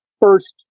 First